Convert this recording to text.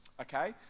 Okay